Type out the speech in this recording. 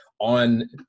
on